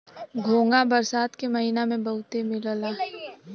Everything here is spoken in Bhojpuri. घोंघा बरसात के महिना में बहुते मिलला